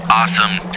awesome